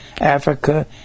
Africa